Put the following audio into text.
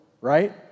right